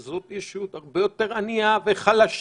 שזאת ישות הרבה יותר עניה וחלשה,